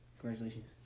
Congratulations